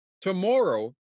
tomorrow